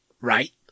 Right